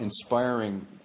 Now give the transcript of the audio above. inspiring